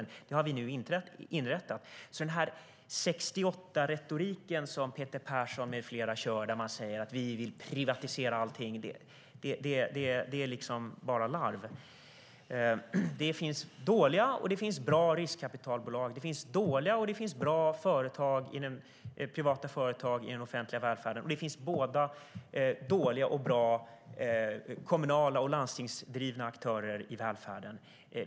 Det här har vi nu inrättat. Den 68-retorik som Peter Persson med flera kör när de säger att vi vill privatisera allting är bara larv. Det finns dåliga och det finns bra riskkapitalbolag. Det finns dåliga och det finns bra privata företag i den offentliga välfärden. Och det finns dåliga och det finns bra kommunala och landstingsdrivna aktörer i välfärden.